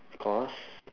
because